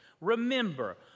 remember